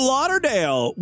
Lauderdale